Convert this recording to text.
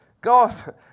God